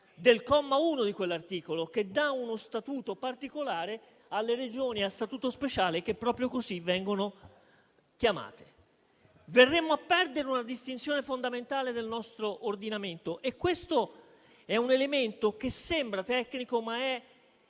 del comma 1 di quell'articolo, che concede uno statuto particolare alle Regioni a Statuto speciale, che proprio così vengono chiamate. Verremmo così a perdere una distinzione fondamentale del nostro ordinamento. E questo è un elemento che sembra tecnico, ma è